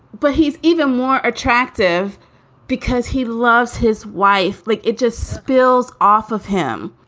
but he's even more attractive because he loves his wife. like it just spills off of him.